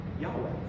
Yahweh